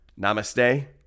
namaste